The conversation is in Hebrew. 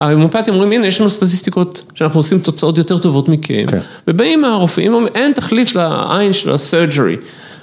ההומאופטים אומרים הנה יש לנו סטטיסטיקות שאנחנו עושים תוצאות יותר טובות מכם. ובאים הרופאים אומרים אין תחליף לעין של הסרג'ורי.